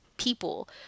People